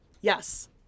Yes